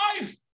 life